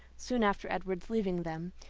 soon after edward's leaving them,